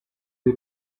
you